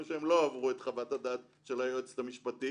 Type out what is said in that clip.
שהם לא עברו את חוות הדעת של היועצת המשפטית.